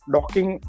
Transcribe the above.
Docking